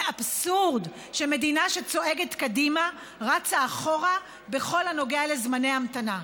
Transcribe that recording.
זה אבסורד שמדינה שצועדת קדימה רצה אחורה בכל הנוגע לזמני המתנה.